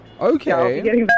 Okay